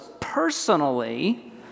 personally